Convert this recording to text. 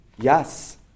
Yes